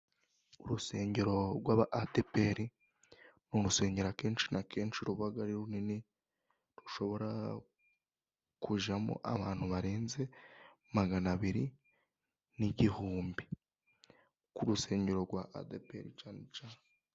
Urusengero rw'aba adeperi, ni urusengero akenshi na kenshi ruba runini, rushobora kujyamo abantu barenze magana abiri n'igihumbi, ku rusengero rwa adeperi cyane cyane.....